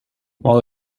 while